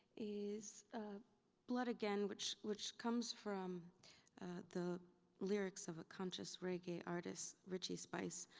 is blood again, which which comes from the lyrics of a conscious reggae artist, richie spice,